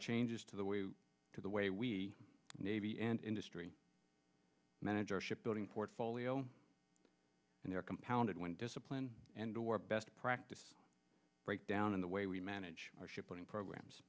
changes to the way to the way we navy and industry managers shipbuilding portfolio and they're compounded when discipline and or best practice breakdown in the way we manage our shipping programs